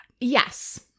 Yes